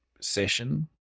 session